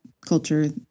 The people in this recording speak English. culture